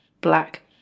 black